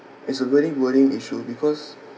it's a very worrying issue because